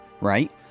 right